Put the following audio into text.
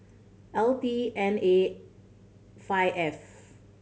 L T N A five F